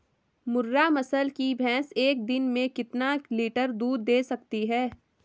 मुर्रा नस्ल की भैंस एक दिन में कितना लीटर दूध दें सकती है?